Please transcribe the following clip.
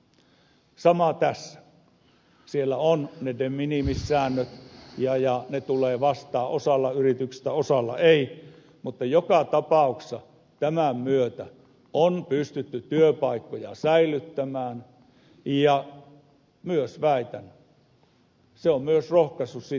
samoin tässä siellä on ne de minimis säännöt ja ne tulevat vastaan osalla yrityksistä osalla ei mutta joka tapauksessa tämän myötä on pystytty työpaikkoja säilyttämään ja myös väitän että se on myös rohkaisu investointeihin